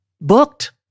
booked